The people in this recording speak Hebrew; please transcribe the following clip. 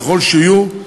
ככל שיהיו,